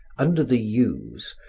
under the yews,